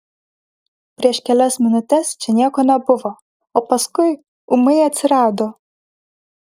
prieš kelias minutes čia nieko nebuvo o paskui ūmai atsirado